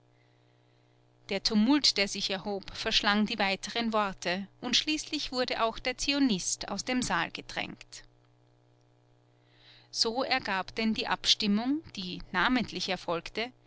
der tumult der sich erhob verschlang die weiteren worte und schließlich wurde auch der zionist aus dem saal gedrängt so ergab denn die abstimmung die namentlich erfolgte